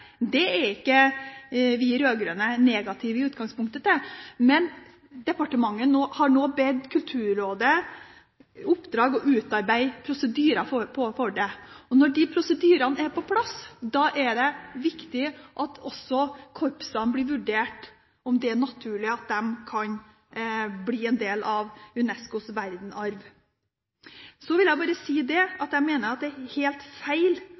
Det er ikke vi rød-grønne i utgangspunktet negative til, men departementet har nå gitt Kulturrådet i oppdrag å utarbeide prosedyrer for det. Når de prosedyrene er på plass, er det viktig at det også blir vurdert om korpsene kan bli en del av UNESCOs verdensarv. Så vil jeg bare si at jeg mener det er helt feil